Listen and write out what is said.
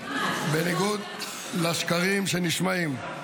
בניגוד לשקרים שנשמעים.